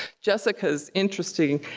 jessica's interesting.